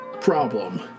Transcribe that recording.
problem